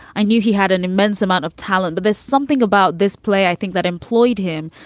i knew he had an immense amount of talent. but there's something about this play, i think, that employed him.